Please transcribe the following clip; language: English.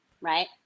right